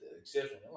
exception